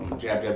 jab, jab,